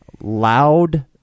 loud